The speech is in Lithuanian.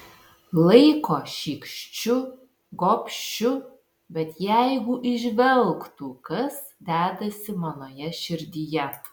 laiko šykščiu gobšiu bet jeigu įžvelgtų kas dedasi manoje širdyje